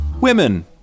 Women